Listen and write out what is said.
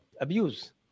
abuse